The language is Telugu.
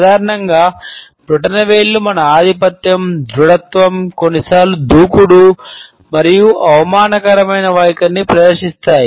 సాధారణంగా బ్రొటనవేళ్లు మన ఆధిపత్యం దృడత్వం కొన్నిసార్లు దూకుడు మరియు అవమానకరమైన వైఖరిని ప్రదర్శిస్తాయి